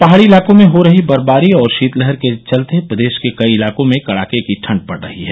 पहाड़ी इलाकों में हो रही बर्फबारी और शीतलहर के चलते प्रदेश के कई इलाकों में कड़ाके की ठंड पड़ रही है